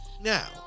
Now